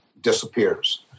disappears